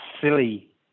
silly